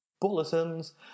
bulletins